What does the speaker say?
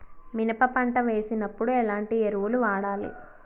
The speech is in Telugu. మినప పంట వేసినప్పుడు ఎలాంటి ఎరువులు వాడాలి?